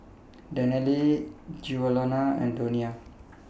Danelle Giuliana and Donia